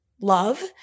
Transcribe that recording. love